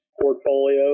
portfolio